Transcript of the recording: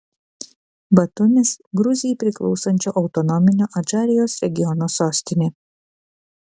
batumis gruzijai priklausančio autonominio adžarijos regiono sostinė